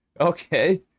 okay